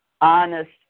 honest